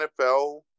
NFL